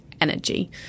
energy